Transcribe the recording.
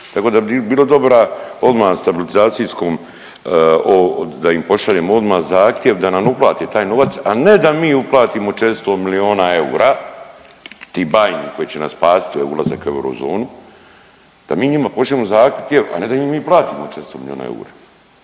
Tako bi bilo dobra odmah stabilizacijskom da im pošaljemo odmah zahtjev da nam uplati taj novac, a ne da mi uplatimo 400 milijuna eura ti .../Govornik se ne razumije./... koji će nas spasiti, ulazak u eurozonu, da mi njima pošaljemo zahtjev, a ne da im mi platimo 400 milijuna eura.